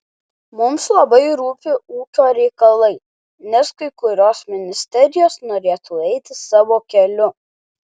mums labai rūpi ūkio reikalai nes kai kurios ministerijos norėtų eiti savo keliu